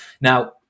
Now